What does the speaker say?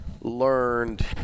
learned